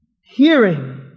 hearing